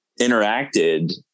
interacted